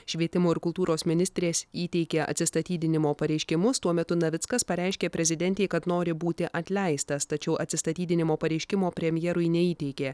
švietimo ir kultūros ministrės įteikė atsistatydinimo pareiškimus tuo metu navickas pareiškė prezidentei kad nori būti atleistas tačiau atsistatydinimo pareiškimo premjerui neįteikė